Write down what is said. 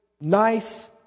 nice